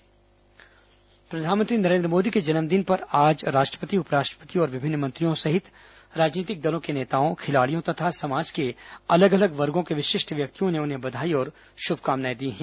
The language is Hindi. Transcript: नरेन्द्र मोदी जन्मदिन प्रधानमंत्री नरेन्द्र मोदी के जन्मदिन पर आज राष्ट्रपति उपराष्ट्रपति और विभिन्न मंत्रियों सहित और राजनीतिक दलों के नेताओं खिलाड़ियों तथा समाज के अलग अलग वर्गो के विशिष्ट व्यक्तियों के उन्हें बधाई और शुभकामनाएं दी हैं